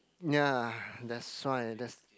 ya that's why that's